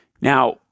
now